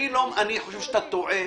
חושב שאתה טועה.